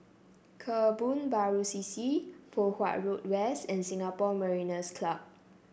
Kebun Baru C C Poh Huat Road West and Singapore Mariners' Club